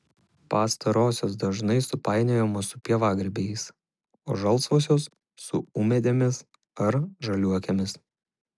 pastarosios dažnai supainiojamos su pievagrybiais o žalsvosios su ūmėdėmis ar žaliuokėmis